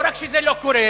לא רק שזה לא קורה.